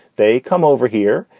they come over here?